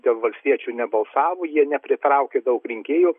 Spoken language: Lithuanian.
dėl valstiečių nebalsavo jie nepritraukė daug rinkėjų